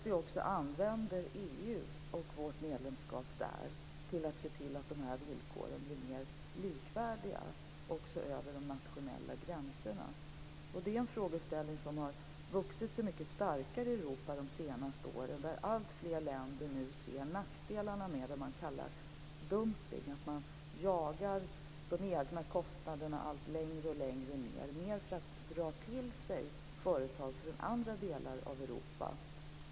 Vi skall använda EU och vårt medlemskap där för att se till att villkoren blir mer likvärdiga också över de nationella gränserna. Det är en frågeställning som har vuxit sig mycket starkare i Europa de senaste åren. Alltfler länder ser nu nackdelarna med det man kallar dumpningen. Man jagar de egna kostnaderna allt längre ned för att dra till sig företag från andra delar av Europa.